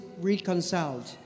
reconciled